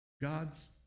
God's